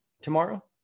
tomorrow